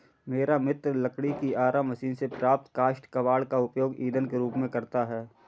मेरा मित्र लकड़ी की आरा मशीन से प्राप्त काष्ठ कबाड़ का उपयोग ईंधन के रूप में करता है